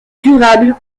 durable